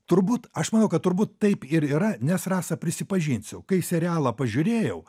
turbūt aš manau kad turbūt taip ir yra nes rasa prisipažinsiu kai serialą pažiūrėjau